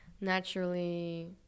naturally